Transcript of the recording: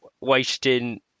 wasting